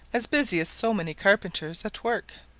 as busy as so many carpenters at work.